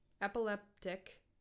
epileptic